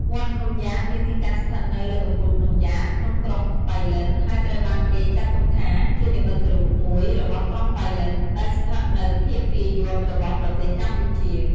វត្តភ្នំយ៉ាតមានទីតាំងស្ថិតនៅលើកំពូលភ្នំយ៉ាត ក្នុងក្រុងប៉ៃលិន ហើយត្រូវបានគេចាត់ទុកថា ជានិមិត្តរូបមួយរបស់ក្រុងប៉ៃលិនដែលស្ថិតនៅភាគពាយ័ព្យរបស់ប្រទេសកម្ពុជា។